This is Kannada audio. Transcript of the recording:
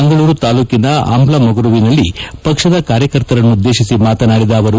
ಮಂಗಳೂರು ತಾಲೂಕಿನ ಅಂಬ್ಲಮೊಗರುವಿನಲ್ಲಿ ಪಕ್ಷದ ಕಾರ್ಯಕರ್ತರನ್ನುದ್ದೇಶಿಸಿ ಮಾತನಾಡಿದ ಅವರು